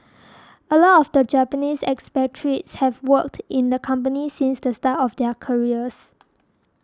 a lot of the Japanese expatriates have worked in the company since the start of their careers